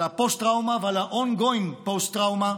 על הפוסט-טראומה ועל ה-ongoing פוסט-טראומה